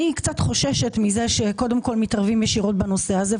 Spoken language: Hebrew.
אני קצת חוששת מזה שקודם כל מתערבים ישירות בנושא הזה.